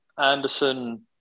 Anderson